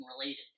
related